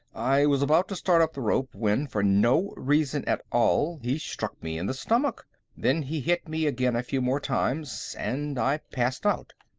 i was about to start up the rope when, for no reason at all, he struck me in the stomach. then he hit me again a few more times, and i passed out.